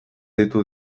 deitu